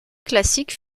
classique